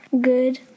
Good